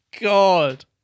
God